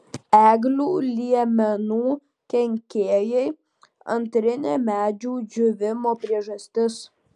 eglių liemenų kenkėjai antrinė medžių džiūvimo priežastis